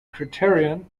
criterion